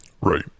Right